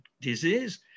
disease